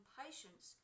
patience